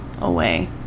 away